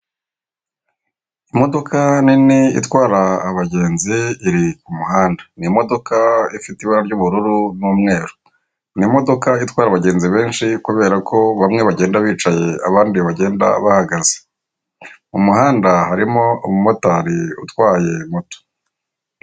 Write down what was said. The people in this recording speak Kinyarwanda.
Imodoka nini itwara abagenzi iri ku muhanda, n'imodoka ifite ibara ry'ubururu n'umweru, n'imodoka itwara abagenzi benshi kubera ko bamwe bagenda bicaye abandi bagenda bahagaze. Mu muhanda harimo umumotari utwaye moto.